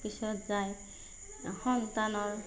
পিছত যায় সন্তানৰ